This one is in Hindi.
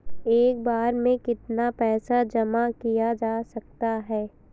एक बार में कितना पैसा जमा किया जा सकता है?